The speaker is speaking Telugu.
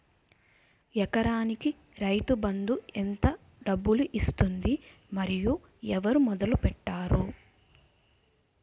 ఎకరానికి రైతు బందు ఎంత డబ్బులు ఇస్తుంది? మరియు ఎవరు మొదల పెట్టారు?